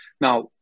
Now